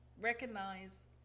recognize